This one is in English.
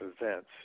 events